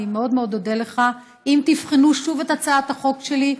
אני מאוד אודה לך אם תבחנו שוב את הצעת החוק שלי,